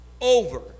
over